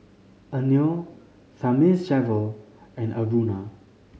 Anil Thamizhavel and Aruna